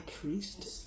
priest